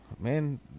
man